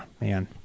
man